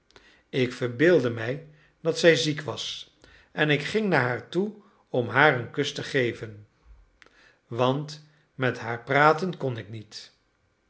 ik verbeeldde mij dat zij ziek was en ik ging naar haar toe om haar een kus te geven want met haar praten kon ik niet